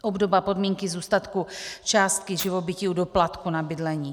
obdoba podmínky zůstatku částky živobytí u doplatku na bydlení.